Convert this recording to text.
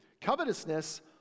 Covetousness